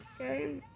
Okay